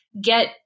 get